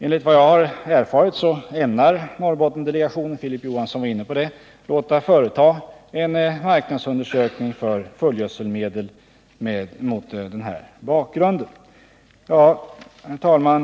Enligt vad jag erfarit ämnar Norrbottensdelegationen — Filip Johansson var också inne på det — låta företa en marknadsundersökning i den riktningen beträffande fullgödselmedel. Herr talman!